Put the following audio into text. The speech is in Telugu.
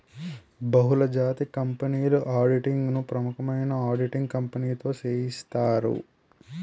బహుళజాతి కంపెనీల ఆడిటింగ్ ను ప్రముఖమైన ఆడిటింగ్ కంపెనీతో సేయిత్తారు